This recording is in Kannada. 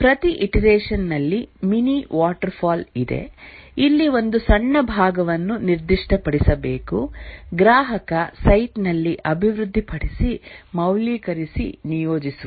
ಪ್ರತಿ ಇಟರೆಷನ್ ನಲ್ಲಿ ಮಿನಿ ವಾಟರ್ಫಾಲ್ ಇದೆ ಇಲ್ಲಿ ಒಂದು ಸಣ್ಣ ಭಾಗವನ್ನು ನಿರ್ದಿಷ್ಟಪಡಿಸಬೇಕು ಗ್ರಾಹಕ ಸೈಟ್ ನಲ್ಲಿ ಅಭಿವೃದ್ಧಿಪಡಿಸಿ ಮೌಲ್ಯೀಕರಿಸಿ ನಿಯೋಜಿಸುವುದು